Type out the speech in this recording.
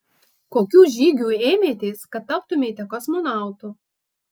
kokių žygių ėmėtės kad taptumėte kosmonautu